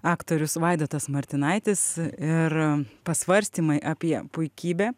aktorius vaidotas martinaitis ir pasvarstymai apie puikybę